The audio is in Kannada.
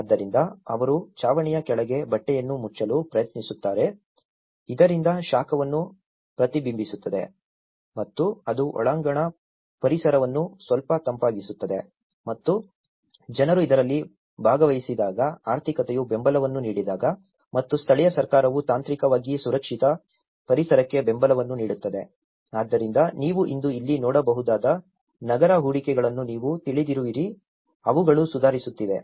ಆದ್ದರಿಂದ ಅವರು ಛಾವಣಿಯ ಕೆಳಗೆ ಬಟ್ಟೆಯನ್ನು ಮುಚ್ಚಲು ಪ್ರಯತ್ನಿಸುತ್ತಾರೆ ಇದರಿಂದ ಶಾಖವನ್ನು ಪ್ರತಿಬಿಂಬಿಸುತ್ತದೆ ಮತ್ತು ಅದು ಒಳಾಂಗಣ ಪರಿಸರವನ್ನು ಸ್ವಲ್ಪ ತಂಪಾಗಿಸುತ್ತದೆ ಮತ್ತು ಜನರು ಇದರಲ್ಲಿ ಭಾಗವಹಿಸಿದಾಗ ಆರ್ಥಿಕತೆಯು ಬೆಂಬಲವನ್ನು ನೀಡಿದಾಗ ಮತ್ತು ಸ್ಥಳೀಯ ಸರ್ಕಾರವು ತಾಂತ್ರಿಕವಾಗಿ ಸುರಕ್ಷಿತ ಪರಿಸರಕ್ಕೆ ಬೆಂಬಲವನ್ನು ನೀಡುತ್ತದೆ ಆದ್ದರಿಂದ ನೀವು ಇಂದು ಇಲ್ಲಿ ನೋಡಬಹುದಾದ ನಗರ ಹೂಡಿಕೆಗಳನ್ನು ನೀವು ತಿಳಿದಿರುವಿರಿ ಅವುಗಳು ಸುಧಾರಿಸುತ್ತಿವೆ